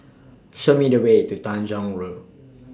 Show Me The Way to Tanjong Rhu